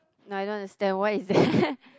no I don't understand what is that